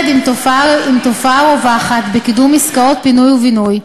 עם תופעה רווחת בקידום עסקאות פינוי ובינוי,